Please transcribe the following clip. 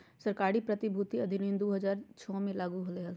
सरकारी प्रतिभूति अधिनियम दु हज़ार छो मे लागू होलय हल